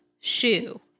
shoe